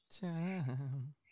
Time